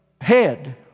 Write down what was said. head